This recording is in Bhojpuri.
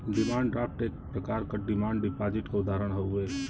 डिमांड ड्राफ्ट एक प्रकार क डिमांड डिपाजिट क उदाहरण हउवे